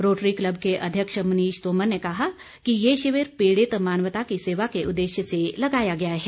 rotary Club के अध्यक्ष मनीष तोमर ने कहा कि ये शिविर पीड़ित मानवता की सेवा के उद्देश्य से लगाया गया है